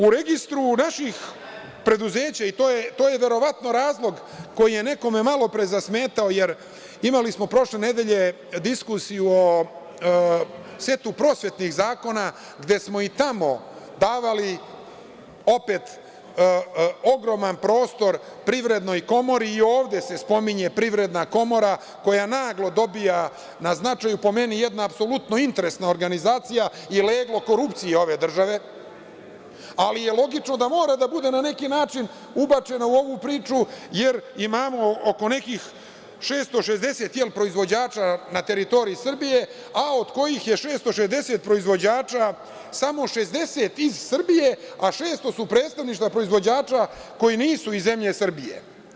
U registru naših preduzeća, i to je verovatno razlog koji je nekome malopre zasmetao, jer imali smo prošle nedelje diskusiju od setu prosvetnih zakona, gde smo i tamo davali opet ogroman prostor Privrednoj komori, evo i ovde se spominje Privredna komora, koja naglo dobija na značaju, po meni jedna vrlo interesantna organizacija i leglo korupcije ove države, ali je logično da mora da bude na neki način ubačeno u ovu priču, jer imamo oko nekih 660 proizvođača na teritoriji Srbije, a od kojih je 660 proizvođača samo 60 iz Srbije, a 600 su predstavništvo proizvođača koji nisu iz zemlje Srbije.